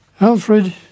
Alfred